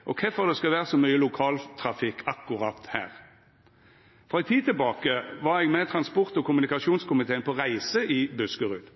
og på hovudvegen, og kvifor det skal vera så mykje lokaltrafikk akkurat her. For ei tid tilbake var eg med transport- og kommunikasjonskomiteen på reise i Buskerud.